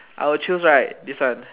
I will chose right this one